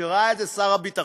כשראה את זה שר הביטחון,